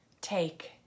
take